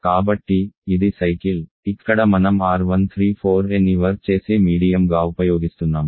కాబట్టి ఇది సైకిల్ ఇక్కడ మనం R134aని వర్క్ చేసే మాధ్యమంగా ఉపయోగిస్తున్నాము